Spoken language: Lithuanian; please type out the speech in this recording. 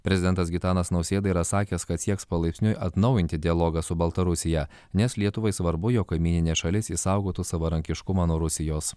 prezidentas gitanas nausėda yra sakęs kad sieks palaipsniui atnaujinti dialogą su baltarusija nes lietuvai svarbu jog kaimyninė šalis išsaugotų savarankiškumą nuo rusijos